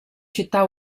città